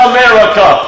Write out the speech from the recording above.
America